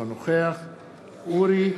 אינו